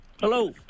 Hello